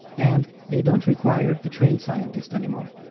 and they don't require a trained scientist anymore.